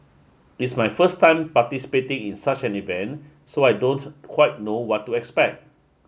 it's my first time participating in such an event so I don't quite know what to expect